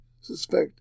suspect